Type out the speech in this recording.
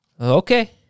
Okay